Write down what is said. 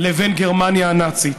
לבין גרמניה הנאצית.